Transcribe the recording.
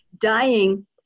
dying